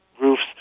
roofs